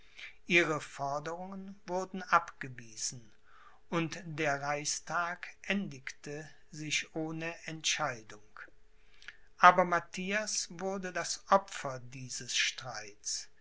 ihre forderungen wurden abgewiesen und der reichstag endigte sich ohne entscheidung aber matthias wurde das opfer dieses streits